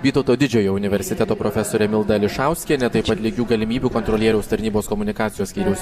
vytauto didžiojo universiteto profesorė milda ališauskienė taip pat lygių galimybių kontrolieriaus tarnybos komunikacijos skyriaus